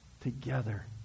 together